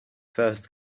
first